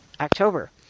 October